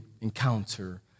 encounter